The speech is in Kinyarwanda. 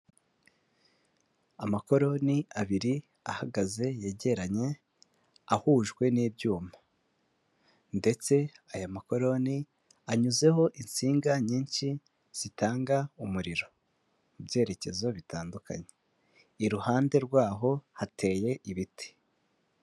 Amakoroni abiri ahagaze yegeranye, ahujwe n'ibyuma ndetse aya makoroni anyuzeho insinga nyinshi zitanga umuriro mu byerekezo bitandukanye. Iruhande rwaho hateye ibiti.